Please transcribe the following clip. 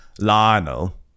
Lionel